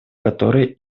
которые